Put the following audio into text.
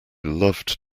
loved